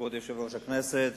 כבוד יושב-ראש הכנסת,